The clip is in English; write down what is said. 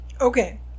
okay